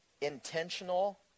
intentional